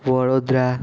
Vadodara